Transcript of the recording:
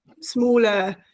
smaller